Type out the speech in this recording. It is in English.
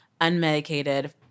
unmedicated